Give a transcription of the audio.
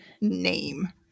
name